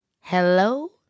Hello